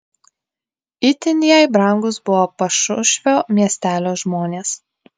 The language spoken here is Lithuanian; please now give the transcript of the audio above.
itin jai brangūs buvo pašušvio miestelio žmonės